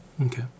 Okay